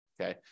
okay